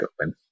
open